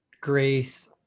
grace